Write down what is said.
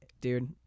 dude